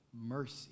mercy